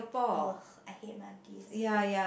ugh I hate monkeys okay